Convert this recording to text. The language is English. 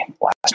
last